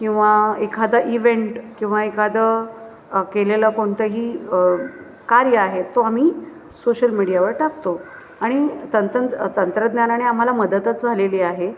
किंवा एखादा इव्हेंट किंवा एखादं केलेलं कोणतंही कार्य आहे तो आम्ही सोशल मीडियावर टाकतो आणि तनतन तंत्रज्ञानाने आम्हाला मदतच झालेली आहे